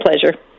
pleasure